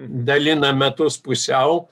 dalina metus pusiau